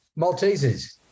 Maltesers